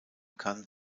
kann